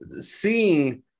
Seeing